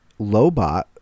Lobot